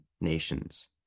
nations